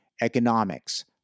economics